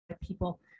people